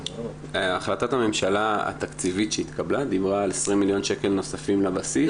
החלטת הממשלה התקציבית שהתקבלה דיברה על 20 מיליון שקל נוספים לבסיס.